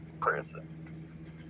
person